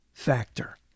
factor